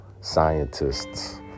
scientists